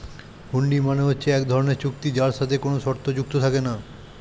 হুন্ডি মানে হচ্ছে এক ধরনের চুক্তি যার সাথে কোনো শর্ত যুক্ত থাকে না